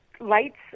lights